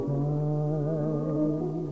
time